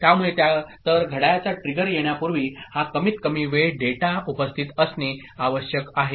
त्यामुळे तर घड्याळाचा ट्रिगर येण्यापूर्वी हा कमीतकमी वेळ डेटा उपस्थित असणे आवश्यक आहे